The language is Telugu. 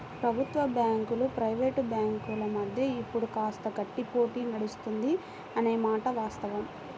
ప్రభుత్వ బ్యాంకులు ప్రైవేట్ బ్యాంకుల మధ్య ఇప్పుడు కాస్త గట్టి పోటీ నడుస్తుంది అనే మాట వాస్తవం